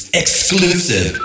exclusive